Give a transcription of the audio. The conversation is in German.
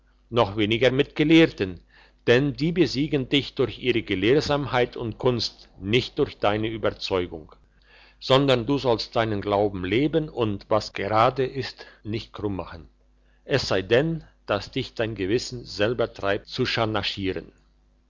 noch weniger mit gelehrten denn die besiegen dich durch ihre gelehrsamkeit und kunst nicht durch deine überzeugung sondern du sollst deines glaubens leben und was gerade ist nicht krumm machen es sei dann dass dich dein gewissen selber treibt zu